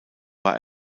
war